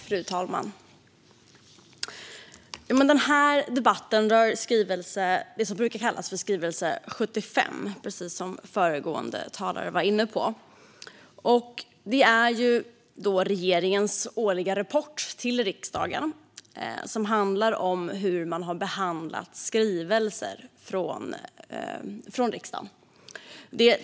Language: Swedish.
Fru talman! Precis som föregående talare var inne på rör denna debatt det som brukar kallas skrivelse 75. Det är regeringens årliga rapport till riksdagen om hur man har behandlat skrivelser från riksdagen.